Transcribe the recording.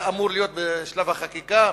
היה אמור לעלות חוק בשלב החקיקה,